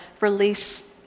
release